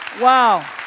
Wow